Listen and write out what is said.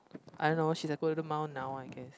I know she's at Golden Mile now I guess